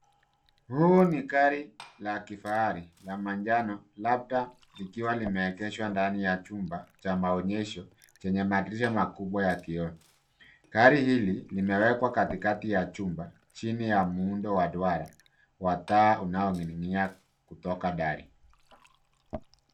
Huu ni gari la kifahari ya manjano labda likiwa limeegeshwa ndani ya chumba cha maonyesho chenye madirisha makubwa ya kioo. Gari hili limewekwa katikati ya chumba chini ya muundo wa dwara wa taa unaoninginia kutoka ndani.